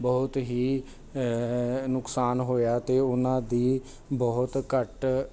ਬਹੁਤ ਹੀ ਨੁਕਸਾਨ ਹੋਇਆ ਅਤੇ ਉਹਨਾਂ ਦੀ ਬਹੁਤ ਘੱਟ